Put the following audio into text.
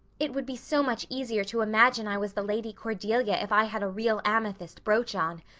it would be so much easier to imagine i was the lady cordelia if i had a real amethyst brooch on.